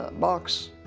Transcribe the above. ah box,